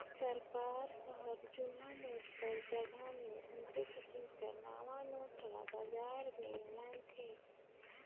सरकार हर जुनहा नोट कर जगहा मे अन्ते किसिम कर नावा नोट ल बजार में लानथे